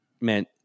Man